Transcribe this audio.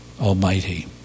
Almighty